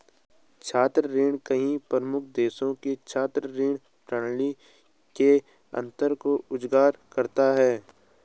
छात्र ऋण कई प्रमुख देशों में छात्र ऋण प्रणाली के अंतर को उजागर करता है